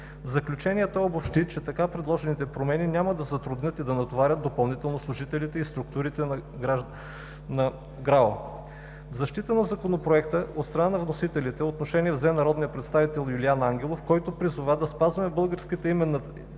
заключение той обобщи, че предложените промени няма да затруднят и да натоварят допълнително служителите и структурите на ГРАО. В защита на Законопроекта от страна на вносителите отношение взе народният представител Юлиан Ангелов, който призова да спазваме българската именна